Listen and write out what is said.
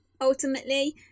ultimately